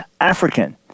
African